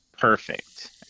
perfect